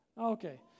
Okay